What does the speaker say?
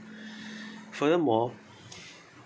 furthermore